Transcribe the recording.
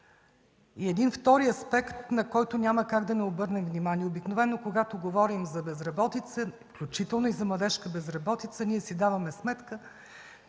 И един втори аспект, на който няма как да не обърнем внимание. Обикновено, когато говорим за безработица, включително и за младежка безработица, ние си даваме сметка,